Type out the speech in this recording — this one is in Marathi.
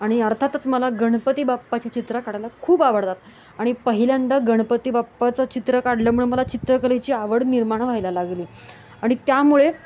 आणि अर्थातच मला गणपती बाप्पाचे चित्र काढायला खूप आवडतात आणि पहिल्यांदा गणपती बाप्पाचं चित्र काढल्यामुळे मला चित्रकलेची आवड निर्माण व्हायला लागली आणि त्यामुळे